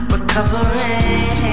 recovering